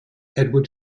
edward